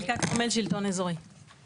מילכה כרמל שלטון אזורי,